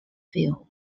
film